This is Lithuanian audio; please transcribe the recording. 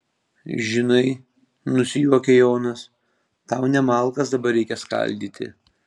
žinai nusijuokia jonas tau ne malkas dabar reikia skaldyti